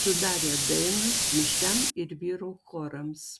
sudarė dainos mišriam ir vyrų chorams